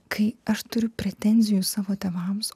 kai aš turiu pretenzijų savo tėvams